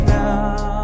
now